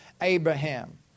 Abraham